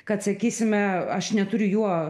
kad sakysime aš neturiu juo